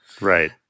right